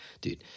dude